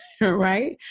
right